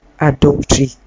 adultery